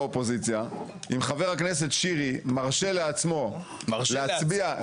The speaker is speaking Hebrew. אם חבר הכנסת שירי מרשה לעצמו להצביע --- מרשה לעצמו?